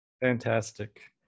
Fantastic